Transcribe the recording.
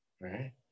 right